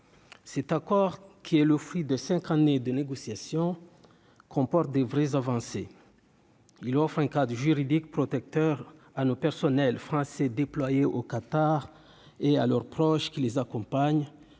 Cet accord, qui est le fruit de 5 années de négociations comportent des vraies avancées. Il offre un cadre juridique protecteur à nos personnels français déployés au Qatar et à leurs proches qui les accompagne